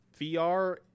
VR